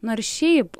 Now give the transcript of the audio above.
nors šiaip